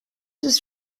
ist